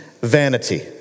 vanity